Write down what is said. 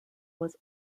was